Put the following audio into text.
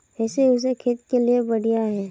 इ वर्षा खेत के लिए बढ़िया है?